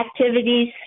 activities